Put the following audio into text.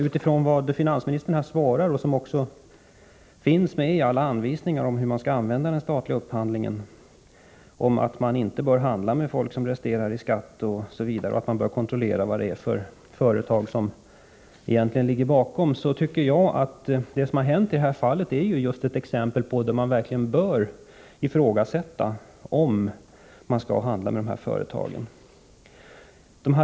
Utifrån finansministerns svar och utifrån alla anvisningar som finns om hur man skall använda den statliga upphandlingen — man bör inte handla med dem som resterar i skatt etc., och man bör kontrollera vad det är fråga om för företag — tycker jag att det här just är ett sådant fall då man verkligen bör ifrågasätta om man skall handla med företagen i fråga.